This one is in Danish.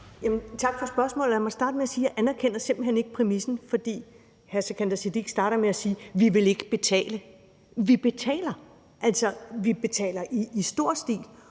Tak for spørgsmålet. Lad mig starte med at sige, at jeg simpelt hen ikke anerkender præmissen. Hr. Sikandar Siddique starter med at sige, at vi ikke vil betale. Vi betaler i stor stil,